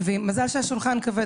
ומזל גדול שהשולחן הזה כבר,